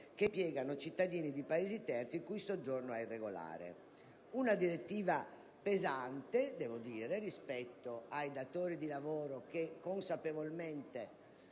che impiegano cittadini di Paesi terzi il cui soggiorno sia irregolare. Una direttiva pesante, devo dire, rispetto ai datori di lavoro che consapevolmente